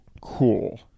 cool